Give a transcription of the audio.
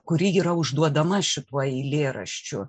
kuri yra užduodama šituo eilėraščiu